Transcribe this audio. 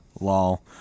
lol